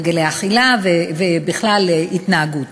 הרגלי האכילה ובכלל התנהגות.